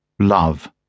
Love